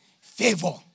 favor